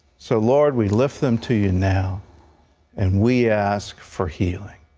so, lord, we lift them to you now and we ask for healing.